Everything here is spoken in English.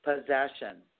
Possession